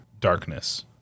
darkness